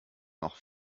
noch